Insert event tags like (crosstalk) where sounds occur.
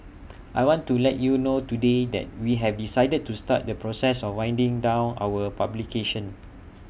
(noise) I want to let you know today that we have decided to start the process of winding down our publication